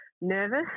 nervous